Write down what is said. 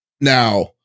Now